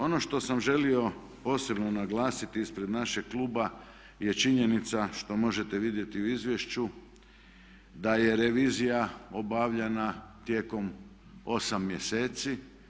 Ono što sam želio posebno naglasiti ispred našeg kluba je činjenica što možete vidjeti u izvješću da je revizija obavljana tijekom 8 mjeseci.